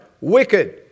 Wicked